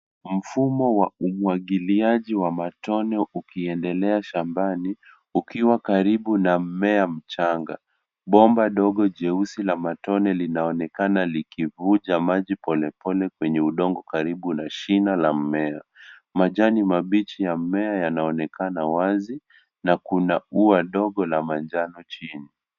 Mfumo wa umwagiliaji wa matone ukiendelea shambani ukiwa karibu na mmea mchanga. Bomba dogo jeusi la matone linaonekana likivunja maji polepole kwenye udongo karibu na shina la mmea. Majani mabichi ya mimea yanaonekana wazi na kuna ua dogo la manjano chini.